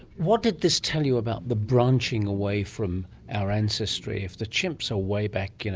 what did this tell you about the branching away from our ancestry? if the chimps are way back, and